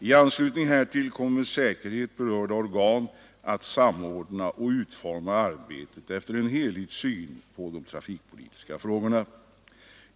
I anslutning härtill kommer med säkerhet berörda organ att samordna och utforma arbetet efter en helhetssyn på de trafikpolitiska frågorna.